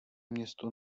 město